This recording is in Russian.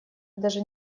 даже